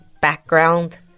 background